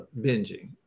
binging